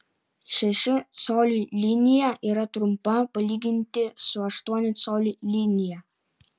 šešių colių linija yra trumpa palyginti su aštuonių colių linija